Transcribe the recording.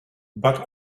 but